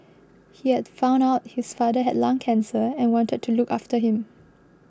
he had found out his father had lung cancer and wanted to look after him